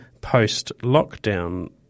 post-lockdown